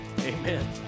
amen